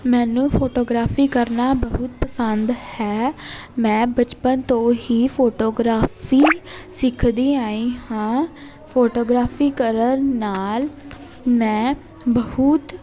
ਮੈਨੂੰ ਫੋਟੋਗ੍ਰਾਫੀ ਕਰਨਾ ਬਹੁਤ ਪਸੰਦ ਹੈ ਮੈਂ ਬਚਪਨ ਤੋਂ ਹੀ ਫੋਟੋਗ੍ਰਾਫੀ ਸਿੱਖਦੀ ਆਈ ਹਾਂ ਫੋਟੋਗ੍ਰਾਫੀ ਕਰਨ ਨਾਲ ਮੈਂ ਬਹੁਤ